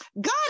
God